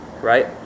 right